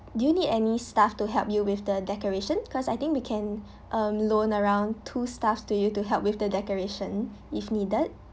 do you need any staff to help you with the decoration cause I think we can um loan around two staffs to you to help with the decoration if needed